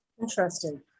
Interesting